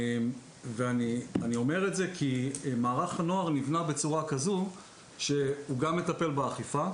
אני אומר את זה כי מערך הנוער נבנה בצורה כזאת שהוא גם מטפל באכיפה,